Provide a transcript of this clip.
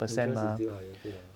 interest is still higher 对啦